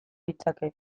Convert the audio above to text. ditzake